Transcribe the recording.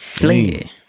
Lean